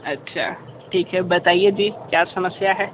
अच्छा ठीक है बताइए जी क्या समस्या है